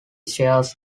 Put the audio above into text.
shares